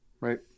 Right